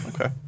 Okay